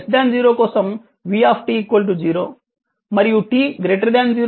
t 0 కోసం v 0 మరియు t 0 కోసం v v0